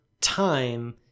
time